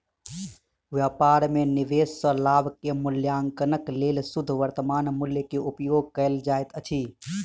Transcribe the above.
व्यापार में निवेश सॅ लाभ के मूल्याङकनक लेल शुद्ध वर्त्तमान मूल्य के उपयोग कयल जाइत अछि